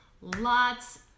Lots